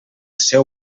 seu